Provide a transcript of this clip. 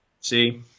See